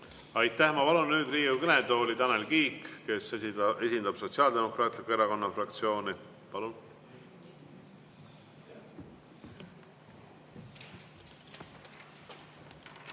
Aitäh! Ma palun nüüd Riigikogu kõnetooli Tanel Kiige, kes esindab Sotsiaaldemokraatliku Erakonna fraktsiooni. Palun!